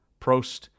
Prost